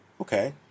okay